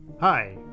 Hi